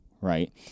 right